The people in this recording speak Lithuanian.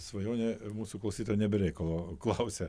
svajonė mūsų klausytoja ne be reikalo klausia